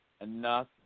enough